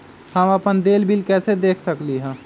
हम अपन देल बिल कैसे देख सकली ह?